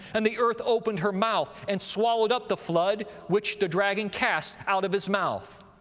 and the earth opened her mouth, and swallowed up the flood which the dragon cast out of his mouth.